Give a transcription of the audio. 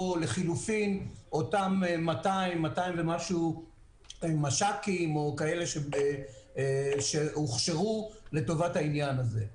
או לחילופין אותם 200 ומשהו מש"קים או כאלה שהוכשרו לטובת העניין הזה.